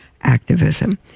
activism